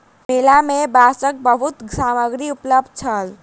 मेला में बांसक बहुत सामग्री उपलब्ध छल